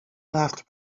laughed